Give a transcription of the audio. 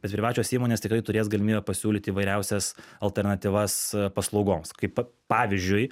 bet privačios įmonės tikrai turės galimybę pasiūlyt įvairiausias alternatyvas paslaugoms kaip pavyzdžiui